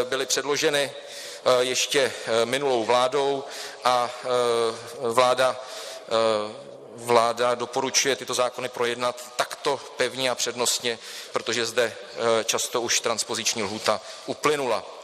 Byly předloženy ještě minulou vládou a vláda doporučuje tyto zákony projednat takto pevně a přednostně, protože zde často už transpoziční lhůta uplynula.